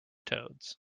toads